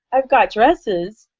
i've got dresses,